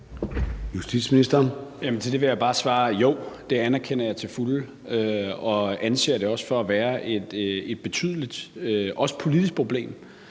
Hummelgaard): Til det vil jeg bare svare: Jo, det anerkender jeg til fulde, og jeg anser det også for at være et betydeligt problem, også politisk. Formelt